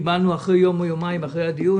יום או יומיים אחרי הדיון